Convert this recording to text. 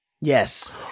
Yes